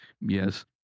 yes